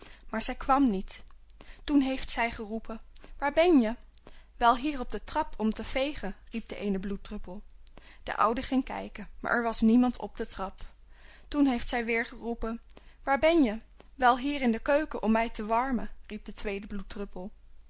maar zij kwam niet toen heeft zij geroepen waar ben je wel hier op de trap om te vegen riep de eene bloeddruppel de oude ging kijken maar er was niemand op de trap toen heeft zij weêr geroepen waar ben je wel hier in de keuken om mij te warmen riep de tweede